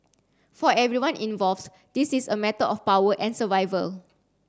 for everyone involved this is a matter of power and survival